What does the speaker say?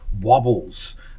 wobbles